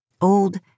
Old